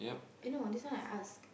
eh no this one I asked